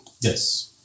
Yes